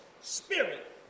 spirit